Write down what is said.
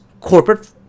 corporate